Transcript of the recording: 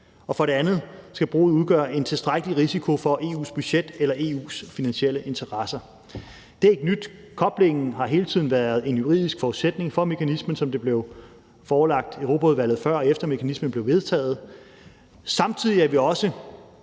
og for det andet skal bruddet udgøre en tilstrækkelig risiko for EU's budget eller EU's finansielle interesser. Det er ikke nyt. Koblingen har hele tiden været en juridisk forudsætning for mekanismen, som det blev forelagt Europaudvalget, før og efter mekanismen blev vedtaget. Samtidig er vi også